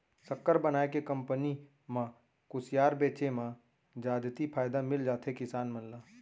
सक्कर बनाए के कंपनी म खुसियार बेचे म जादति फायदा मिल जाथे किसान मन ल